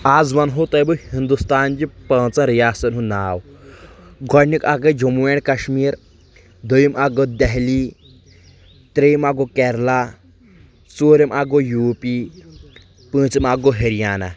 آز ونہو تۄہہِ بہٕ ہنٛدوستان چہِ پانٛژن رِیاستن ہُنٛد ناو گۄڈنیُک اکھ گے جعمو اینٛڈ کشمیٖر دویِم اکھ گوٚو دہلی ترٛیٚیِم اکھ گوٚو کیرلا ژورِم اکھ گوٚو یو پی پوٗنٛژِم اکھ گوٚو ۂریانہ